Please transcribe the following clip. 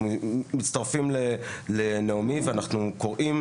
אנחנו מצטרפים לנעמי ואנחנו קוראים